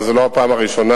וזו לא הפעם הראשונה.